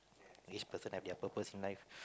each person have their purpose in life